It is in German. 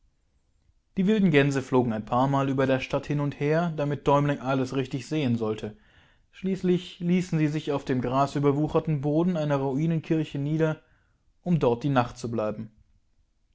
die wilden gänse flogen ein paarmal über der stadt hin und her damit däumling alles richtig sehen sollte schließlich ließen sie sich auf dem grasüberwucherten boden einer ruinenkirche nieder um dort die nacht zu bleiben